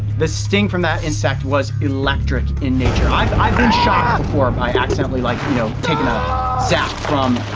the sting from that insect was electric in nature. i've i've been shocked before, by accidentally like you know taking a zap from